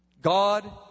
God